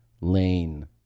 lane